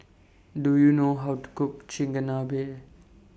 Do YOU know How to Cook Chigenabe